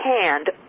hand